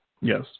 Yes